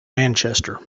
manchester